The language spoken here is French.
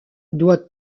doit